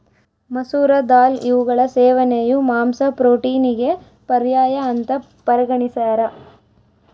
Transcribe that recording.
ಮಸೂರ ದಾಲ್ ಇವುಗಳ ಸೇವನೆಯು ಮಾಂಸ ಪ್ರೋಟೀನಿಗೆ ಪರ್ಯಾಯ ಅಂತ ಪರಿಗಣಿಸ್ಯಾರ